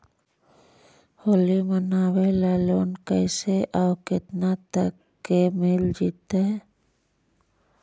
होली मनाबे ल लोन कैसे औ केतना तक के मिल जैतै?